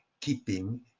keeping